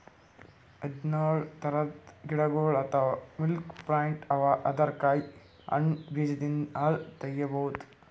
ಹದ್ದ್ನೊಳ್ ಥರದ್ ಗಿಡಗೊಳ್ ಅಥವಾ ಮಿಲ್ಕ್ ಪ್ಲಾಂಟ್ ಅವಾ ಅದರ್ ಕಾಯಿ ಹಣ್ಣ್ ಬೀಜದಿಂದ್ ಹಾಲ್ ತಗಿಬಹುದ್